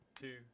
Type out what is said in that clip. two